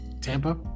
Tampa